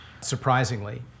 surprisingly